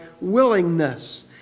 willingness